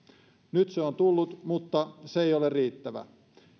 nyt se on tullut mutta se ei ole riittävä